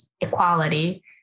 equality